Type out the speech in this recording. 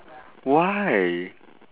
why